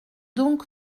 donc